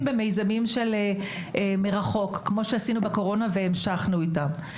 במיזמים מרחוק כמו שעשינו בקורונה והמשכנו איתם.